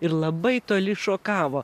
ir labai toli šokavo